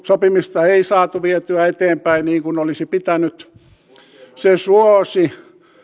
sopimista ei saatu vietyä eteenpäin niin kuin olisi pitänyt se suosi